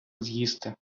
з’їсти